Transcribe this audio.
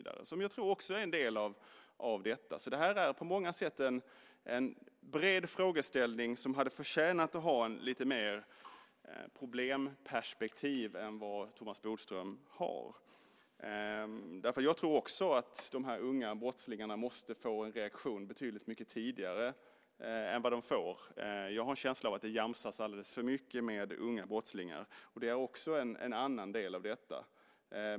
Det tror jag också är en del av detta. Det här är på många sätt en bred frågeställning som hade förtjänat att ha lite mer av problemperspektiv än Thomas Bodström har. Jag tror också att de unga brottslingarna måste få en reaktion betydligt mycket tidigare än de får. Jag har en känsla av att det jamsas alldeles för mycket med unga brottslingar. Det är en annan del av detta.